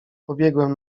pobiegłem